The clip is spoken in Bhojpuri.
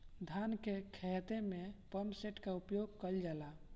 धान के ख़हेते में पम्पसेट का उपयोग कइल जाला?